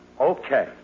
okay